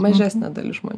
mažesnė dalis žmonių